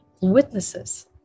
witnesses